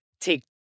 take